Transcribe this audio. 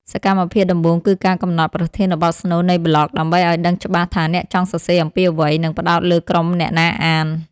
សកម្មភាពដំបូងគឺការកំណត់ប្រធានបទស្នូលនៃប្លក់ ដើម្បីឱ្យដឹងច្បាស់ថាអ្នកចង់សរសេរអំពីអ្វី និងផ្ដោតលើក្រុមអ្នកណាអាន។